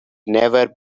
never